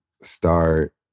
start